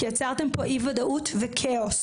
כי יצרתם פה אי וודאות וכאוס,